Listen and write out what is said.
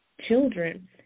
children